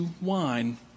wine